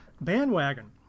bandwagon